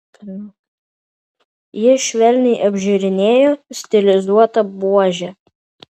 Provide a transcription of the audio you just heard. ji švelniai apžiūrinėjo stilizuotą buožę